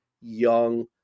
young